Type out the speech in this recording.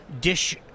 Dish